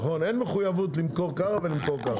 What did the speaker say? אין מחויבות למכור כך או למכור כך.